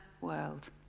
world